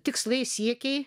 tikslai siekiai